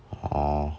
orh